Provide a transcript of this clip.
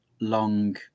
long